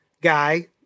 guy